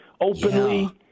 openly